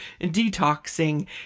detoxing